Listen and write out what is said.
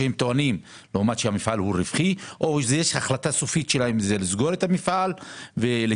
או שיש החלטה שלהם לסגור את המפעל ולא